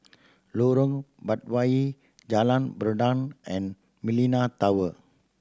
Lorong Batawi Jalan Peradun and Millenia Tower